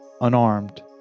unarmed